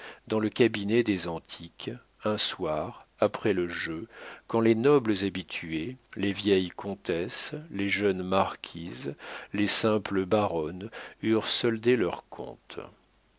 dans le cabinet des antiques un soir après le jeu quand les nobles habitués les vieilles comtesses les jeunes marquises les simples baronnes eurent soldé leurs comptes